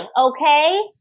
okay